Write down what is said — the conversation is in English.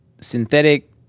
synthetic